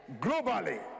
globally